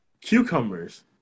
Cucumbers